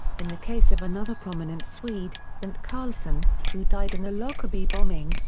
in the case of another prominent swede, bernt carlsson, who died in the lockerbie bombing,